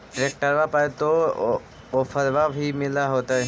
ट्रैक्टरबा पर तो ओफ्फरबा भी मिल होतै?